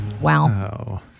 Wow